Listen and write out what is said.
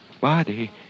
body